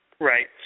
Right